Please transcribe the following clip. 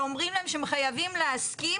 ואומרים להם שהם חייבים להסכים,